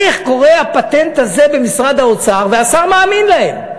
איך קורה הפטנט הזה במשרד האוצר והשר מאמין להם?